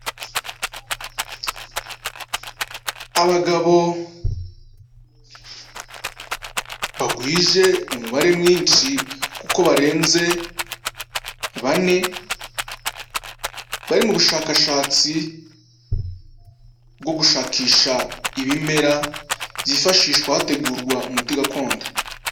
Abagabo bagwije umubare mwinshi kuko barenze bane, bari mu bushakashatsi bwo gushakisha ibimera byifashishwa hategurwa umuti gakondo.